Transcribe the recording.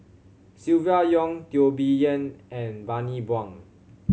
Silvia Yong Teo Bee Yen and Bani Buang